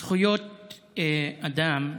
זכויות אדם,